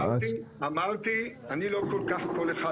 אני לא כל כך כל אחד,